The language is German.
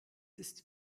ist